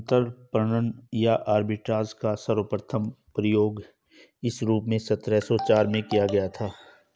अंतरपणन या आर्बिट्राज का सर्वप्रथम प्रयोग इस रूप में सत्रह सौ चार में किया गया था